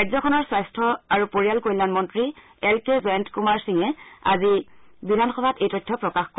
ৰাজ্যখনৰ স্বাস্থ্য আৰু পৰিয়াল কল্যাণন্ত্ৰী এল কে জয়ন্তকুমাৰ সিঙে আজি বিধানসভাত এই তথ্য প্ৰকাশ কৰে